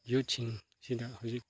ꯌꯨꯠꯊꯁꯤꯡꯁꯤꯗ ꯍꯧꯖꯤꯛ